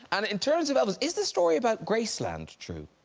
and in terms of elvis, is the story about graceland true?